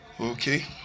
Okay